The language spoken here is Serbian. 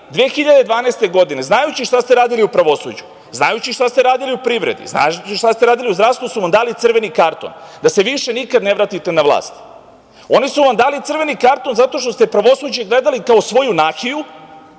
2012. godine znajući šta ste radili u pravosuđu, znajući šta ste radili u privredi, znajući šta ste radili u zdravstvu su vam dali crveni karton, da se više nikada ne vratite na vlast. Oni su vam dali crveni karton, zato što ste pravosuđe gledali kao svoju nahiju,